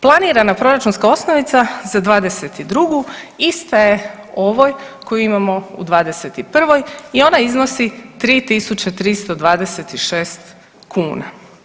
Planirana proračunska osnovica za '22. ista je ovoj koju imamo u '21. i ona iznosi 3.326 kuna.